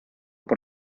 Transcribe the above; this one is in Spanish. por